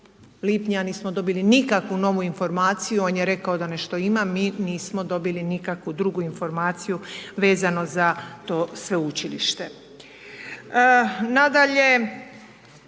lipnja nismo dobili nikakvu novu informaciju, on je rekao da nešto ima, mi nismo dobili nikakvu drugu informaciju vezano za to sveučilište. Nadalje,